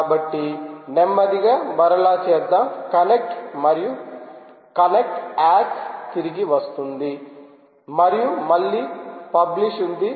కాబట్టి నెమ్మదిగా మరలా చేద్దాం కనెక్ట్ మరియు కనెక్ట్ అక్ తిరిగి వస్తుంది మరియు మళ్ళీ పబ్లిష్ ఉంది